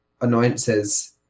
annoyances